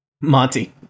Monty